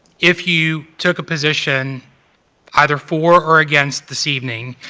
if you took a position either for or against this evening,